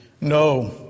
No